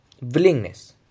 Willingness